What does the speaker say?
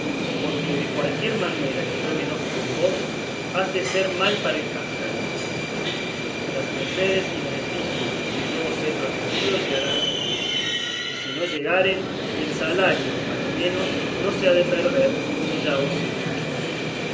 porque de cualquiera manera que yo me enoje con vos ha de ser mal para el cántaro las mercedes y beneficios que yo os he prometido llegarán a su tiempo y si no llegaren el salario a lo menos no se ha de perder como ya os he dicho